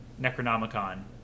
necronomicon